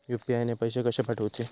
UPI ने पैशे कशे पाठवूचे?